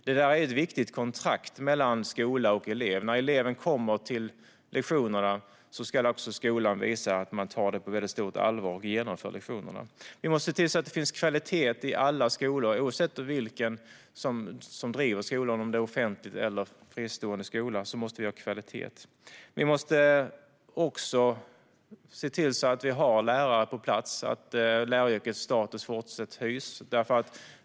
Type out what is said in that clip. Detta är ett viktigt kontrakt mellan skola och elev. När eleven kommer till lektionerna ska skolan visa att den tar det hela på stort allvar och genomför lektionerna. Vi måste se till att det finns kvalitet i alla skolor, oavsett vem som driver dem. Oavsett om det rör sig om en offentlig eller fristående skola måste vi ha kvalitet. Vi måste också se till att vi har lärare på plats och att läraryrkets status fortsätter att höjas.